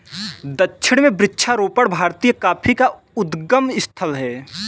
दक्षिण में वृक्षारोपण भारतीय कॉफी का उद्गम स्थल है